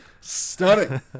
Stunning